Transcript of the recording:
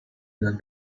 the